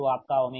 तो आपका 𝜔C